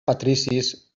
patricis